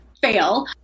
fail